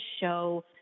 show